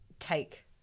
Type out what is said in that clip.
take